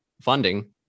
funding